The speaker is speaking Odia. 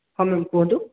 ହଁ ମେମ୍ କୁହନ୍ତୁ